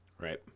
Right